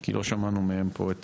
כי לא שמענו מהם פה את